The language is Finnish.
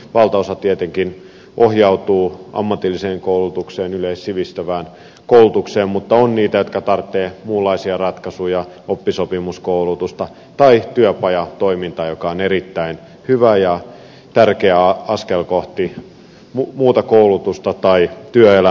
valtaosa tietenkin ohjautuu ammatilliseen koulutukseen yleissivistävään koulutukseen mutta on niitä jotka tarvitsevat muunlaisia ratkaisuja oppisopimuskoulutusta tai työpajatoimintaa joka on erittäin hyvä ja tärkeä askel kohti muuta koulutusta tai työelämää